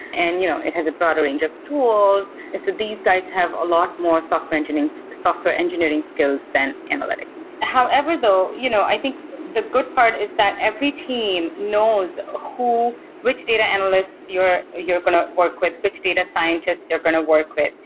and you know it has a broader range of tools. so these guys have a lot more software engineering so software engineering skills than analytics. however though, you know i think the good part is that every team knows ah which data analysts you're you're going to work with, which data scientists you're going to work with,